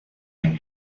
and